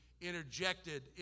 interjected